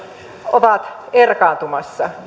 ovat erkaantumassa